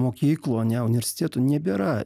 mokyklų ane universitetų nebėra